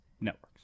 Networks